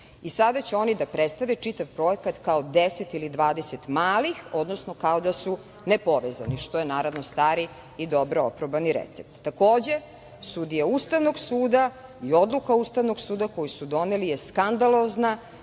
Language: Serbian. i sada će oni da predstave čitav projekat kao 10 ili 20 malih, odnosno kao da su nepovezani, što je naravno, stari i dobro oprobani recept. Takođe, sudije Ustavnog suda i odluka Ustavnog suda, koju su doneli je skandalozna,